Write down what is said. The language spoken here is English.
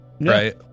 Right